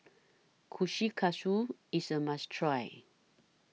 Kushikatsu IS A must Try